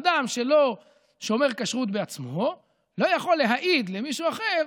אדם שלא שומר כשרות בעצמו לא יכול להעיד למישהו אחר